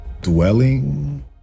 dwelling